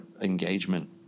engagement